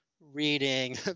reading